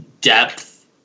depth